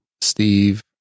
Steve